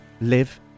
live